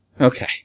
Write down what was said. Okay